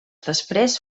després